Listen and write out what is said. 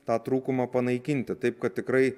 tą trūkumą panaikinti taip kad tikrai